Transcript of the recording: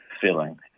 feeling